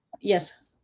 yes